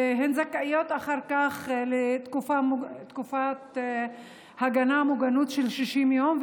והן זכאיות אחר כך לתקופת הגנה ומוגנות של 60 יום.